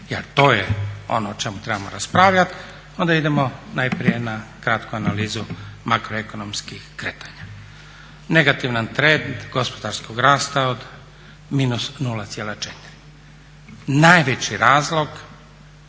jer to je ono o čemu trebamo raspravljati onda idemo najprije na kratku analizu makroekonomskih kretanja. Negativan trend gospodarskog rasta od -0,4. Najveći razlog